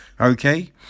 okay